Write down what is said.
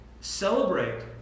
Celebrate